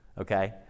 Okay